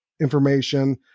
information